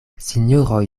sinjoroj